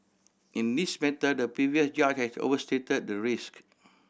in this matter the previous judge has overstated the risk